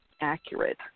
accurate